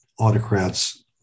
Autocrats